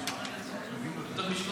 יותר מ-300.